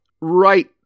right